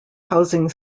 housing